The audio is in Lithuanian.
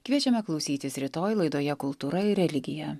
kviečiame klausytis rytoj laidoje kultūra ir religija